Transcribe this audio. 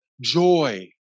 joy